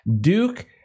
Duke